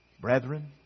Brethren